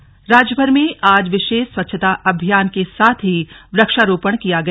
स्वच्छ अभियान राज्य राज्यभर में आज विशेष स्वच्छता अभियान के साथ ही वृक्षारोपण किया गया